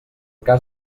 cas